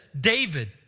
David